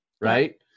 Right